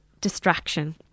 distraction